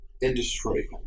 industry